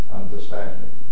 understanding